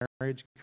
marriage